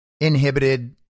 inhibited